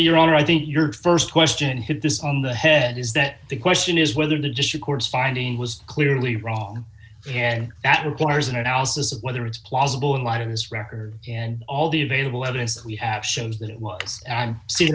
your honor i think your st question hit this on the head is that the question is whether the district court's finding was clearly wrong hand that requires an analysis of whether it's plausible in light of his record and all the available evidence we have shows that it was